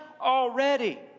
already